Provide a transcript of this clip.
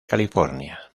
california